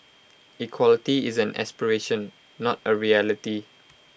equality is an aspiration not A reality